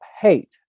hate